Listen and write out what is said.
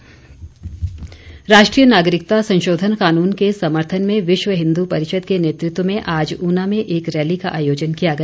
CAA जागरूकता rally राष्ट्रीय नागरिकता संशोधन कानून के समर्थन में विश्व हिंदू परिषद के नेतृत्व में आज ऊना में एक रैली का आयोजन किया गया